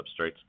substrates